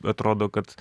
atrodo kad